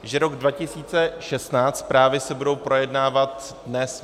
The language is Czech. Že rok 2016, zprávy, se budou projednávat dnes.